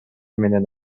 менен